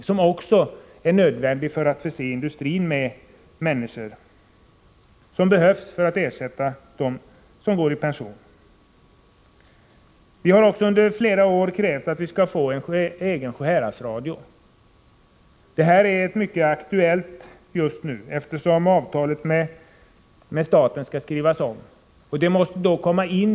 Det är också nödvändigt för att förse industrin med människor, som behövs för att ersätta dem som går i pension. Vi har under flera år krävt att få en egen Sjuhäradsradio. Detta är mycket aktuellt just nu, eftersom avtalet med staten skall skrivas om.